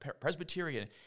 Presbyterian